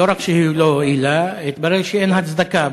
לא רק שהיא לא הועילה, התברר שאין הצדקה.